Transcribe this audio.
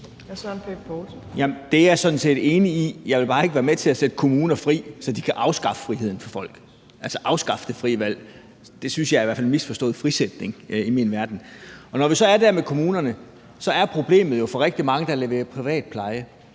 Det er jeg sådan set enig i. Jeg vil bare ikke være med til at sætte kommuner fri, så de kan afskaffe friheden for folk, altså afskaffe det frie valg. Det er i hvert fald i min verden at misforstå frisættelse – det synes jeg. Og når vi så er ved kommunerne, er problemet jo for rigtig mange, der leverer privat pleje,